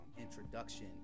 introduction